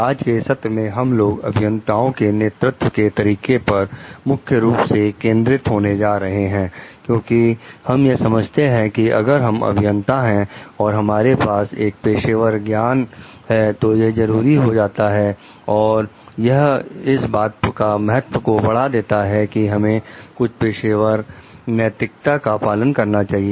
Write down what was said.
आज के सत्र में हम लोग अभियंताओं के नेतृत्व के तरीके पर मुख्य रूप से केंद्रित होने जा रहे हैं क्योंकि हम यह समझते हैं कि अगर हम अभियंता हैं और हमारे पास एक पेशेवर ज्ञान है तो यह जरूरी हो जाता है और यह इस बात का महत्व को बढ़ा देता है कि हमें कुछ पेशेवर नैतिकता का पालन करना चाहिए